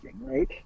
right